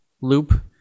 loop